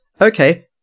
okay